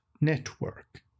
network